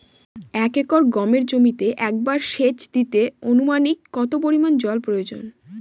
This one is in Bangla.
এক একর গমের জমিতে একবার শেচ দিতে অনুমানিক কত পরিমান জল প্রয়োজন?